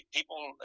People